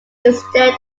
instead